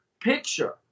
picture